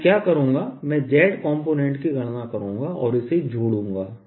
मैं क्या करूंगा मैं z कंपोनेंट की गणना करूंगा और इसे जोड़ूंगा